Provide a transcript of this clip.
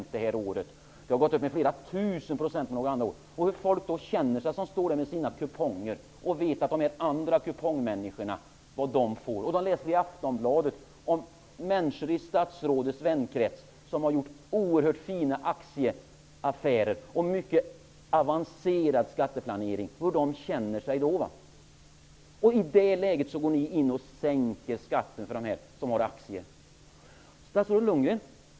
Under en längre period har de gått upp med flera tusen procent. Hur känner sig de som står där med sina kuponger när de läser om vad de verkliga kupongklipparna får? De kan också läsa i Aftonbladet om människor i statsrådets vänkrets som har gjort oerhört fina aktieaffärer och genomfört mycket avancerad skatteplanering. Hur känner de sig då? I det läget sänker ni skatten för dem som får aktieutdelningar. Statsrådet Lundgren!